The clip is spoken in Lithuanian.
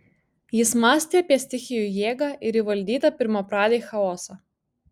jis mąstė apie stichijų jėgą ir įvaldytą pirmapradį chaosą